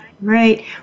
Right